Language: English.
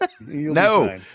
No